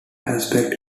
aspect